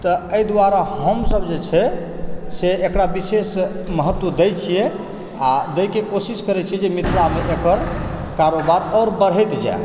तऽ एहि दुआरे हमसब जे छै से एकरा विशेष महत्व दए छिऐ आ दएके कोशिश करए छी जे मिथिलामे एकर कारोबार आओर बढ़ैत जाए